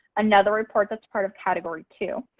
another report that's part of category two.